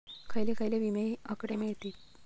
खयले खयले विमे हकडे मिळतीत?